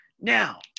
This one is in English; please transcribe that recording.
Now